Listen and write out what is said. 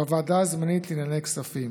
בוועדה הזמנית לענייני כספים,